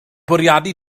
bwriadu